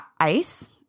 ice